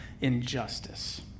injustice